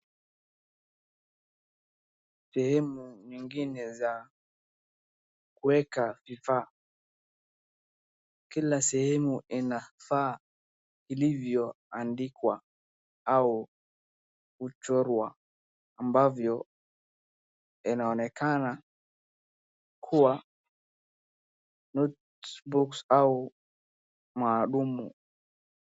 Sehemu nyingine za kuweka vifaa. Kila sehemu inafaa ilivyoandikwa au kuchorwa ambavyo Inaonekana kuwa notebooks au madumu.